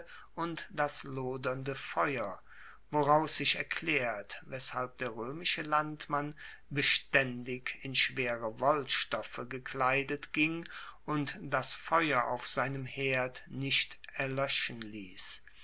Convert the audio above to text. und das lodernde feuer woraus sich erklaert weshalb der roemische landmann bestaendig in schwere wollstoffe gekleidet ging und das feuer auf seinem herd nicht erloeschen liess